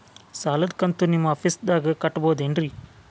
ಸಾಲದ ಕಂತು ನಿಮ್ಮ ಆಫೇಸ್ದಾಗ ಕಟ್ಟಬಹುದೇನ್ರಿ?